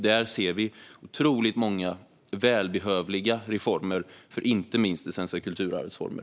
Där ser vi otroligt många välbehövliga reformer för inte minst det svenska kulturarvets former.